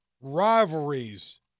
rivalries